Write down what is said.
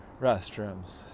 restrooms